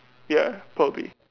ya probably